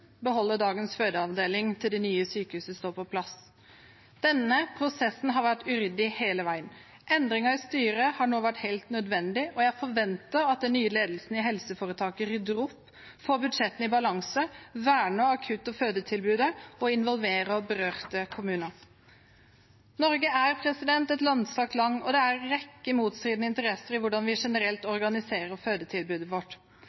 dagens fødeavdeling til det nye sykehuset står på plass. Denne prosessen har vært uryddig hele veien. Endringer i styret har nå vært helt nødvendig, og jeg forventer at den nye ledelsen i helseforetaket rydder opp, får budsjettene i balanse, verner akutt- og fødetilbudet og involverer berørte kommuner. Norge er et langstrakt land, og det er en rekke motstridende interesser når det gjelder hvordan vi generelt organiserer fødetilbudet vårt.